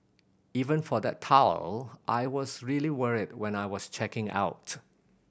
even for that towel I was really worried when I was checking out